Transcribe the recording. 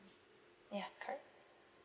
ya correct